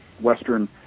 western